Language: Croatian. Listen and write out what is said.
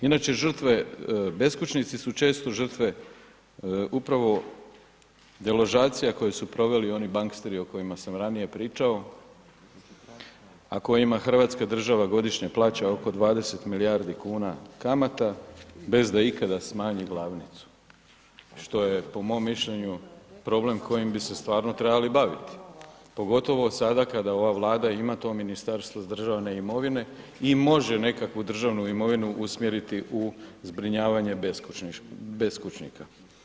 Inače žrtve, beskućnici su često žrtve upravo deložacija koje su proveli oni banksteri o kojima sam ranije pričao, a kojima hrvatska država godišnje plaća oko 20 milijardi kuna kamata bez da ikada smanji glavnicu, što je po mom mišljenju problem kojim bi se stvarno trebali baviti, pogotovo sada kada ova Vlada ima to Ministarstvo državne imovine i može nekakvu državnu imovinu usmjeriti u zbrinjavanje beskućnika.